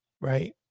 right